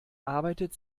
arbeitet